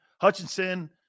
Hutchinson